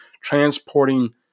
transporting